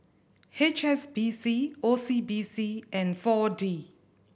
H S B C O C B C and Four D